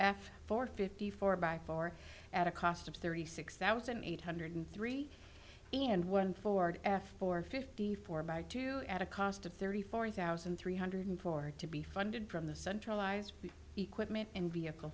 f four fifty four by four at a cost of thirty six thousand eight hundred three and one ford f four fifty four by two at a cost of thirty four thousand three hundred four to be funded from the centralized equipment and vehicle